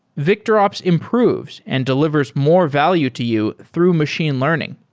victorops improves and delivers more value to you through machine learning.